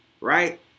Right